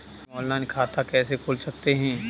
हम ऑनलाइन खाता कैसे खोल सकते हैं?